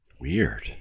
Weird